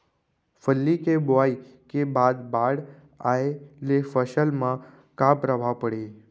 फल्ली के बोआई के बाद बाढ़ आये ले फसल मा का प्रभाव पड़ही?